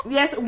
Yes